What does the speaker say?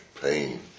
pain